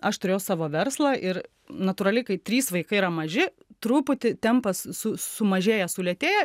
aš turėjau savo verslą ir natūraliai kai trys vaikai yra maži truputį tempas su sumažėja sulėtėja